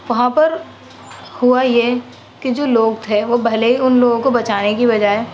وہاں پر ہوا یہ کہ جو لوگ تھے وہ بھلے ہی ان لوگوں کو بچانے کے بجائے